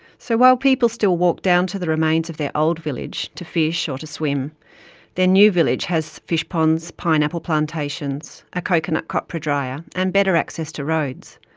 so while people still walk down to the remains of their old village to fish and ah to swim their new village has fish ponds, pineapple plantations, a coconut copra drier and better access to roads.